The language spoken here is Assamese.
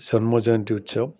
জন্ম জয়ন্তী উৎসৱ